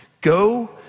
Go